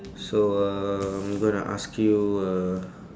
so uh I'm gonna ask you uh